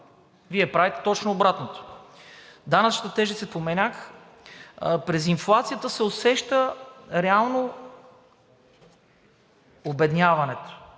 Вие правите точно обратното. Данъчната тежест я споменах. През инфлацията се усеща реално обедняването